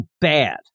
bad